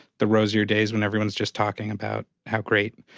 the rosier days when everyone's just talking about how great